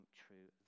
true